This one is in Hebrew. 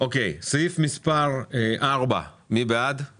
אוקיי, נצביע על סעיף מספר 4 הצבעה בעד 6